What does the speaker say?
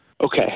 Okay